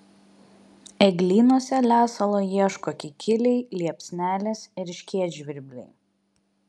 eglynuose lesalo ieško kikiliai liepsnelės erškėtžvirbliai